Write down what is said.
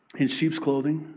in sheep's clothing